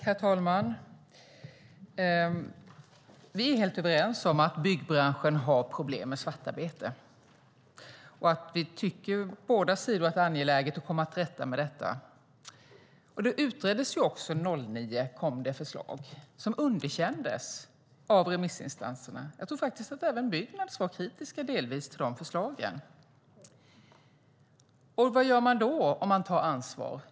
Herr talman! Vi är helt överens om att byggbranschen har problem med svartarbete, och båda sidor tycker att det är angeläget att komma till rätta med det. Det här utreddes, och 2009 kom ett förslag som underkändes av remissinstanserna. Jag tror att även Byggnads var delvis kritiskt till förslaget. Vad gör man då om man tar ansvar?